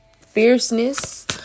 Fierceness